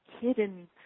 hidden